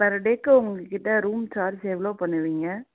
per டேக்கு உங்ககிட்ட room charge எவ்வளோ பண்ணுவீங்க